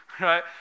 right